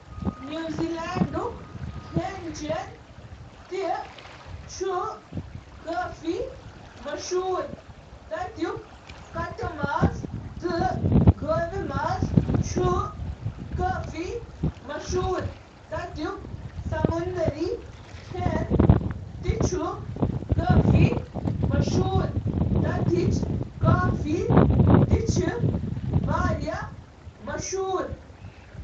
نیوزی لینڈُک کھٮ۪ن چھُ اکھ متنوع برطانوی پٮ۪ٹھ مبنی کھٮ۪ن، یتھ منٛز بحیرہ روم تہٕ پیسفک رِم اثرات چھِ تِکیازِ مُلک چھُ زِیٛادٕ عالمگیر گوٚمُت۔ نیوزی لینڈَس منٛز چھُ تُلِتھ یا بُزمٕژ سبزی سۭتۍ ماز اکھ کلاسک کیوی کھٮ۪ن۔ ساروی کھوتہٕ زیادٕ مقبول آسہٕ پودینہٕ چٹنہٕ سۭتۍ روسٹ لیمب، یُس واریہن نیوزی لینڈن خاطرٕ، گھرک ذائقہٕ چُھ۔